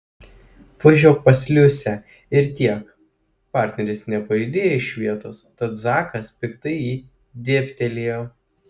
važiuok pas liusę ir tiek partneris nepajudėjo iš vietos tad zakas piktai į jį dėbtelėjo